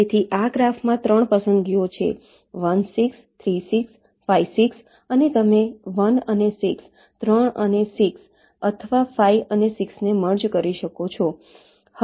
તેથી આ ગ્રાફમાં 3 પસંદગીઓ છે 1 6 3 6 5 6 તમે 1 અને 6 3 અને 6 અથવા 5 અને 6 ને મર્જ કરી શકો છો